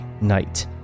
night